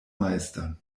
meistern